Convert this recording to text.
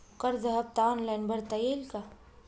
कर्ज हफ्ता ऑनलाईन भरता येईल का?